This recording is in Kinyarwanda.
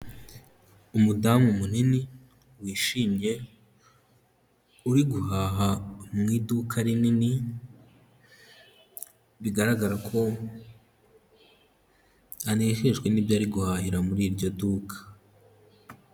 Umudamu munini wishimye uri guhaha mu iduka rinini, bigaragara ko anejejwe n'ibyo ari guhahira muri iryo duka.